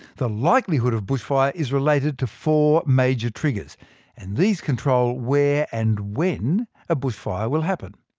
the likelihood of bushfire is related to four major triggers and these control where and when a bushfire will happen.